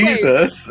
Jesus